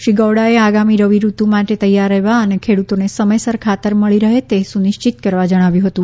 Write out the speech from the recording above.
શ્રી ગૌડાએ આગામી રવી ઋતુ માટે તૈયાર રહેવા અને ખેડૂતોને સમયસર ખાતર મળી રહે તે સુનિશ્ચિત કરવા જણાવ્યું હતું